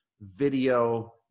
video